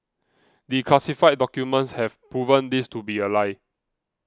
declassified documents have proven this to be a lie